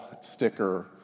sticker